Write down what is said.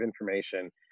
information